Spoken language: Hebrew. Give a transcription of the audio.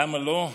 למה לא?